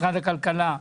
משרד הכלכלה,